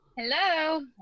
hello